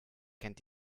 kennt